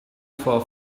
for